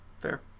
fair